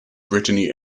brittany